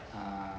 ah